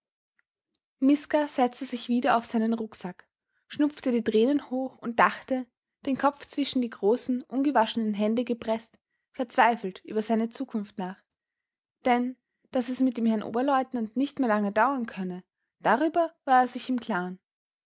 miska setzte sich wieder auf seinen rucksack schnupfte die tränen hoch und dachte den kopf zwischen die großen ungewaschenen hände gepreßt verzweifelt über seine zukunft nach denn daß es mit dem herrn oberleutnant nicht mehr lange dauern könne darüber war er sich im klaren